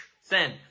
Send